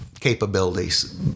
capabilities